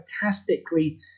fantastically